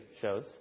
shows